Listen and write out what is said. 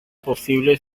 posible